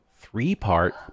three-part